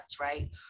right